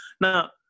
Now